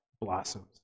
blossoms